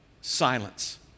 silence